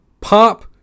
pop